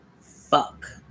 Fuck